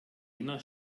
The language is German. jener